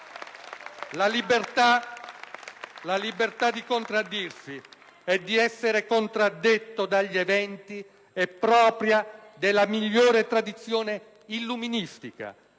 La libertà di contraddirsi e di essere contraddetto dagli eventi è propria della migliore tradizione illuministica,